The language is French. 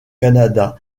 canada